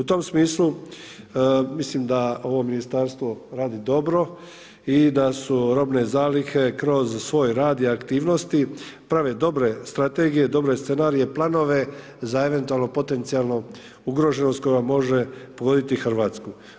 U tom smislu mislim da ovo ministarstvo radi dobro i da su robne zalihe kroz svoj rad i aktivnosti prave dobre strategije, dobre scenarije, planove za eventualno potencijalnu ugroženost koja može pogoditi Hrvatsku.